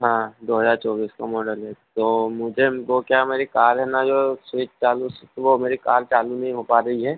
हाँ दो हजार चौबीस का मॉडल है तो मुझे हमको क्या हमारी कार है ना जो है वो स्विच चालू वो मेरी कार चालू नहीं हो पा रही है